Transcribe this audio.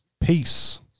Peace